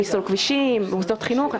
זאת המשמעות, אם אתם תיאבקו על ההפרדה.